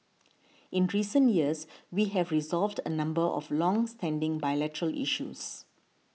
in recent years we have resolved a number of longstanding bilateral issues